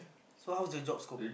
so how's the job scope